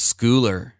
Schooler